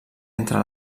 entre